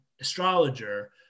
astrologer